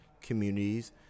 communities